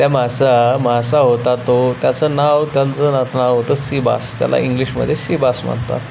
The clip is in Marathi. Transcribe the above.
त्या मासा मासा होता तो त्याचं नाव त्यांचं ना नाव होतं सी बास त्याला इंग्लिशमध्ये सी बास म्हणतात